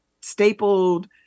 stapled